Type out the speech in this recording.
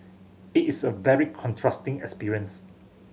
it is a very contrasting experience